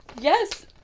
Yes